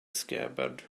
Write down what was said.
scabbard